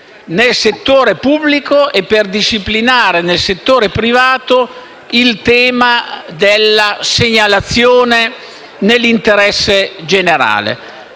nel settore pubblico e per disciplinare nel settore privato il tema della segnalazione nell'interesse generale.